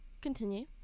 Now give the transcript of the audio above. Continue